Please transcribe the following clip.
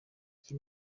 iki